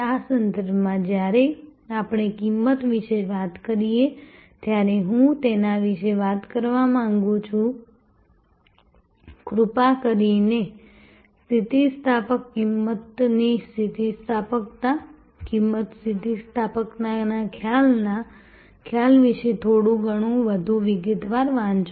આ સંદર્ભમાં જ્યારે આપણે કિંમત વિશે વાત કરીએ ત્યારે હું તેના વિશે વાત કરવા માંગુ છું કૃપા કરીને સ્થિતિસ્થાપકતા કિંમતની સ્થિતિસ્થાપકતા કિંમત સ્થિતિસ્થાપકતાના ખ્યાલ વિશે થોડું વધુ વિગતવાર વાંચો